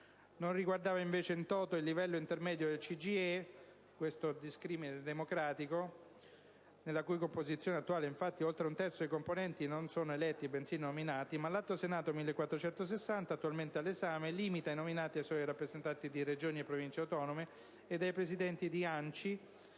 non riguardava invece *in toto* il livello intermedio del CGIE, nella cui composizione attuale oltre un terzo dei componenti non sono eletti (bensì nominati), ma l'Atto Senato n. 1460, attualmente all'esame, limita i nominati ai soli rappresentanti di Regioni e Province autonome ed ai presidenti di ANCI